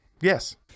Yes